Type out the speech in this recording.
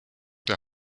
der